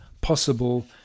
possible